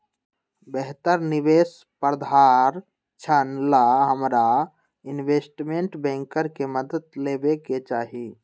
बेहतर निवेश प्रधारक्षण ला हमरा इनवेस्टमेंट बैंकर के मदद लेवे के चाहि